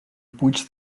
puig